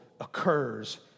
occurs